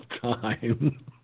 time